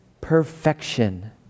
perfection